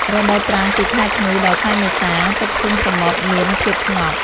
រដូវប្រាំងពីខែធ្នូដល់ខែមេសា ទឹកឈូងសមុទ្រមាន ភាពស្ងប់។